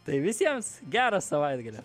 tai visiems gero savaitgalio